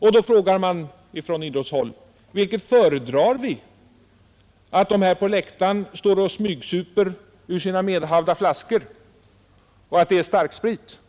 Nu frågar man från idrottshåll vilket vi föredrar — att dessa människor på läktaren står och smygsuper ur sina medhavda flaskor med starksprit